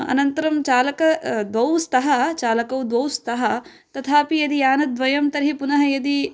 अनन्तरं चालकौ द्वौ स्तः चालकौ द्वौ स्तः तथापि यदि यानद्वयं तर्हि पुनः यदि